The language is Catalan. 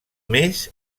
més